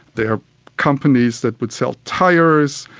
their companies that would sell tyres,